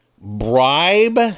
bribe